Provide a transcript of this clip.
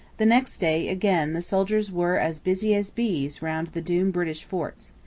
the next day, again, the soldiers were as busy as bees round the doomed british forts.